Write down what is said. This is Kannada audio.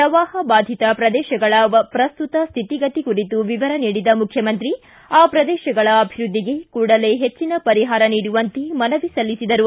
ಪ್ರವಾಹ ಬಾಧಿತ ಪ್ರದೇಶಗಳ ಪ್ರಸ್ತುತ ಸ್ಕಿತಿಗತಿ ಕುರಿತು ವಿವರ ನೀಡಿದ ಮುಖ್ಯಮಂತ್ರಿ ಆ ಪ್ರದೇಶಗಳ ಅಭಿವೃದ್ದಿಗೆ ಕೂಡಲೇ ಹೆಚ್ಚಿನ ಪರಿಹಾರ ನೀಡುವಂತೆ ಮನವಿ ಸಲ್ಲಿಸಿದರು